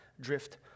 drift